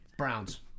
Browns